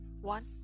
one